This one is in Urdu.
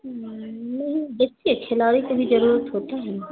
نہیں دیکھیے کھلاڑی کے بھی ضرورت ہوتا ہے